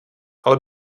ale